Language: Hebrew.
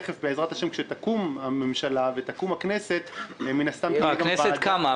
תיכף בעזרת השם כשתקום הממשלה ותקום הכנסת --- הכנסת קמה.